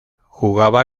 jugaba